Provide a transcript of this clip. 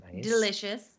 Delicious